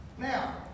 Now